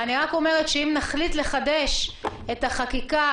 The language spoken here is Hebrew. אני רק אומרת שאם נחליט לחדש את החקיקה,